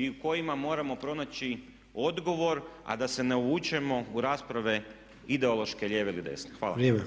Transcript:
i u kojima moramo pronaći odgovor a da se ne uvučemo u rasprave ideološke lijeve ili desne. Hvala.